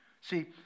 See